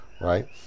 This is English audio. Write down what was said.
right